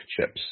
chips